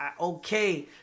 okay